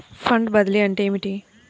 Fund బదిలీ అంటే ఏమిటి?